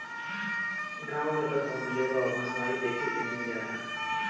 गांव में त कवनो जगह बँसवारी देखे के मिल जाला